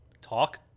talk